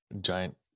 giant